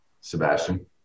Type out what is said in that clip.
Sebastian